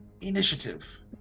initiative